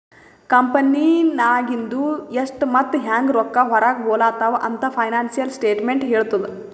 ಕಂಪೆನಿನಾಗಿಂದು ಎಷ್ಟ್ ಮತ್ತ ಹ್ಯಾಂಗ್ ರೊಕ್ಕಾ ಹೊರಾಗ ಹೊಲುತಾವ ಅಂತ್ ಫೈನಾನ್ಸಿಯಲ್ ಸ್ಟೇಟ್ಮೆಂಟ್ ಹೆಳ್ತುದ್